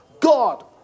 god